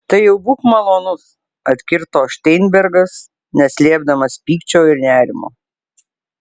tai jau būk malonus atkirto šteinbergas neslėpdamas pykčio ir nerimo